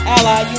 Ally